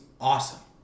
awesome